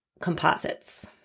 composites